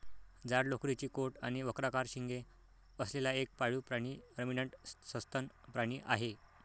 जाड लोकरीचा कोट आणि वक्राकार शिंगे असलेला एक पाळीव प्राणी रमिनंट सस्तन प्राणी आहे